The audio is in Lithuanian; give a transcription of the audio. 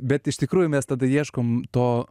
bet iš tikrųjų mes tada ieškom to